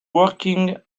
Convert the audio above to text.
working